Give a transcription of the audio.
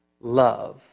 love